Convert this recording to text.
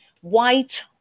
white